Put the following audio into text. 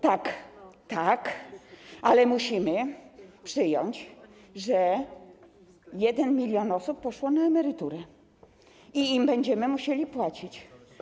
Tak, tak, ale musimy przyjąć, że 1 mln osób poszło na emeryturę i im będziemy musieli płacić.